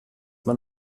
man